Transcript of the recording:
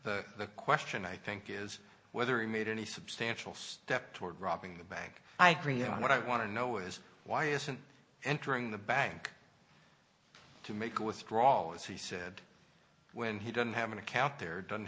i the question i think is whether he made any substantial step toward robbing the bank i agree on what i want to know is why isn't entering the bank to make withdrawals he said when he doesn't have an account there don't